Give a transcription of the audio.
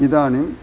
इदानीम्